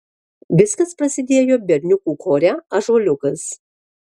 viskas prasidėjo berniukų chore ąžuoliukas